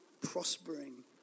prospering